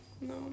No